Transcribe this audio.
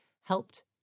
helped